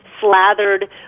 slathered